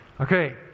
Okay